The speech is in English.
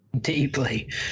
Deeply